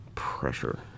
Pressure